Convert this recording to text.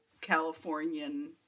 Californian